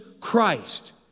Christ